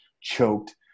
choked